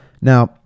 Now